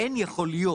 אין יכול להיות.